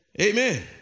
Amen